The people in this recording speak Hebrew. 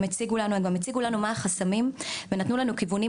הם מציגות לנו את החסמים ובונות לנו כיוונים